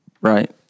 right